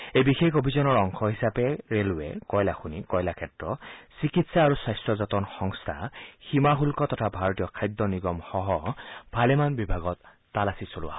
এই এই বিশেষ অভিযানৰ অংশ হিচাপে ৰেলৱেকয়লাখনিকয়লাক্ষেত্ৰচিকিৎসা আৰু স্বস্থ্য যতন সংস্থাসীমাশুল্ক তথা ভাৰতীয় খাদ্য নিগমসহ ভালেমান বিভাগত তালাচী চলোৱা হয়